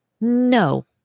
No